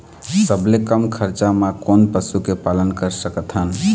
सबले कम खरचा मा कोन पशु के पालन कर सकथन?